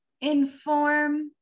Inform